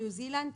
ניו זילנד,